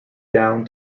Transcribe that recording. down